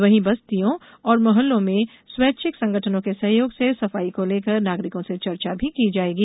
वहीं बस्तियों और मोहल्लो में स्वैच्छिक संगठनों के सहयोग से सफाई को लेकर नागरिकों से चर्चा भी की जाएगी